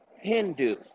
Hindu